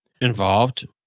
involved